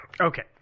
Okay